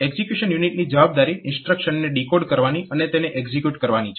execution યુનિટની જવાબદારી ઇન્સ્ટ્રક્શનને ડીકોડ કરવાની અને તેને એકઝીક્યુટ કરવાની છે